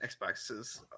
Xboxes